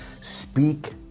Speak